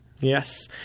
Yes